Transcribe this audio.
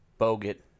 Bogut